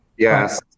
Yes